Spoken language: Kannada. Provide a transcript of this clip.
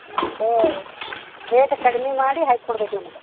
ಮತ್ತು ರೇಟ್ ಕಡ್ಮೆ ಮಾಡಿ ಹಾಕಿ ಕೊಡ್ಬೇಕು ನಮ್ಗೆ